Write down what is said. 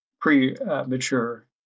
premature